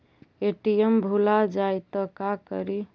ATM भुला जाये त का करि?